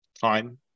time